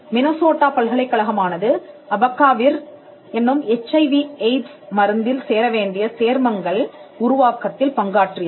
Minnesota பல்கலைக்கழகமானது abacavir என்னும் HIV AIDS மருந்தில் சேரவேண்டிய சேர்மங்கள் உருவாக்கத்தில் பங்காற்றியது